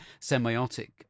semiotic